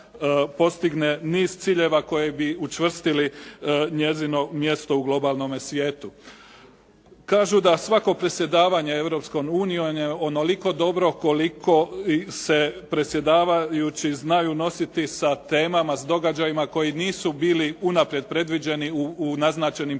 postigne niz ciljeva koji bi učvrstili njezino mjesto u globalnom svijetu. Kažu da svako predsjedavanje Europskom unijom je onoliko dobro koliko se predsjedavajući znaju nositi sa temama, s događajima koji nisu bili unaprijed predviđeni u naznačenim